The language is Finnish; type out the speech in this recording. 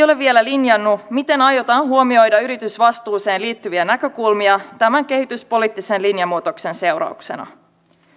ole vielä linjannut miten aiotaan huomioida yritysvastuuseen liittyviä näkökulmia tämän kehityspoliittisen linjanmuutoksen seurauksena